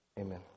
Amen